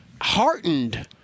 heartened